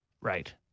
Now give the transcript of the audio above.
Right